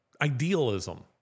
idealism